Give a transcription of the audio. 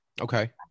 okay